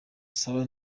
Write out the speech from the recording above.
saba